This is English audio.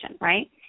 right